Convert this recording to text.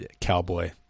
cowboy